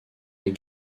les